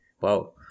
wow